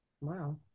Wow